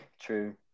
True